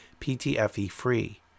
PTFE-free